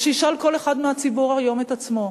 ושישאל כל אחד מהציבור היום את עצמו,